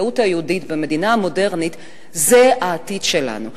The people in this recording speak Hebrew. הזהות היהודית במדינה המודרנית זה העתיד שלנו.